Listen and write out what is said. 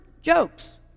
jokes